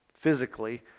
physically